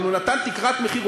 אבל הוא נתן תקרת מחיר,